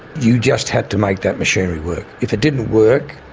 you just had to make that machinery work. if it didn't work,